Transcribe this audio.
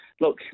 Look